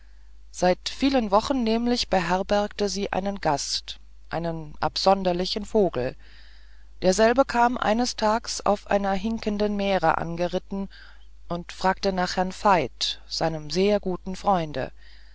seit vielen wochen nämlich beherbergte sie einen gast einen absonderlichen vogel derselbe kam eines tags auf einer hinkenden mähre geritten und fragte nach herrn veit seinem sehr guten freunde